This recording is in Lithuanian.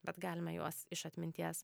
bet galime juos iš atminties